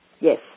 Yes